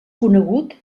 conegut